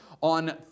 on